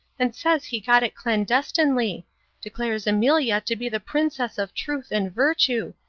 and says he got it clandestinely declares amelia to be the princess of truth and virtue,